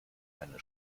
eine